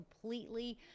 completely